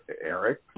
Eric